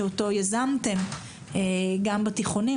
שאותו יזמתם גם בתיכונים,